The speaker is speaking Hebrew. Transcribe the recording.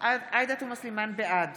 בעד